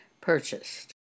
purchased